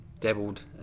dabbled